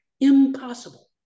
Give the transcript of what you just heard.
impossible